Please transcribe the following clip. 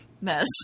mess